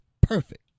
perfect